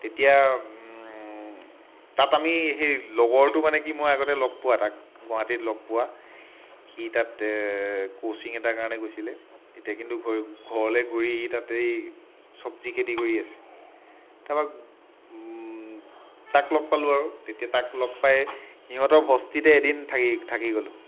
তেতিয়া তাত আমি সেই লগৰটো মানে কি মই আগতে লগ পোৱা তাক গুৱাহাটীত লগ পোৱা সি তাতে কোচিং এটাৰ কাৰণে গৈছিলে এতিয়া কিন্তু ঘৰলে ঘূৰি সি তাতেই চব্জি খেতি কৰি আছে তাপা তাক লগ পালোঁ আৰু তেতিয়া তাক লগ পাই সিহঁতৰ বস্তিতে এদিন থাকি গ'লোঁ